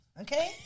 Okay